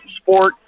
sport